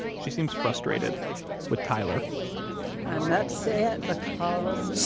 she seems frustrated with tyler i'm upset because